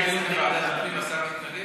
לדיון בוועדת הפנים, השר מקבל?